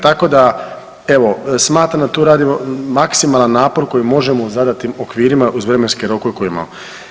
Tako da evo smatram da tu radimo maksimalan napor koji možemo u zadatim okvirima uz vremenske rokove koje imamo.